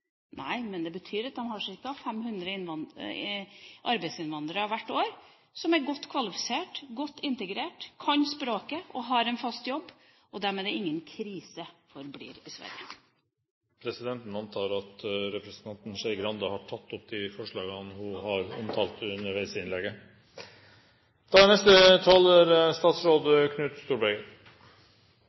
Nei, men det betyr at Sverige har ca. 500 arbeidsinnvandrere hvert år som er godt kvalifisert, godt integrert, kan språket og har en fast jobb. Det er ingen krise om de får bli i Sverige. Presidenten antar at representanten Trine Skei Grande har tatt opp de forslagene hun har omtalt underveis i innlegget. Ja, det stemmer. Før jeg kommenterer de åtte forslagene som er